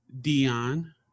Dion